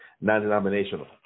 non-denominational